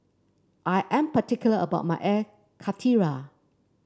I am particular about my Air Karthira